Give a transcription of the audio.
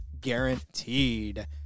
guaranteed